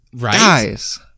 Guys